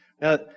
Now